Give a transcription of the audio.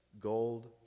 gold